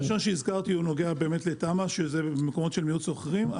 הנתון הראשון שהזכרתי נוגע לתמ"א שזה מקומות של מיעוט שוכרים.